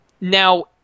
Now